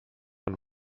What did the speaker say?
and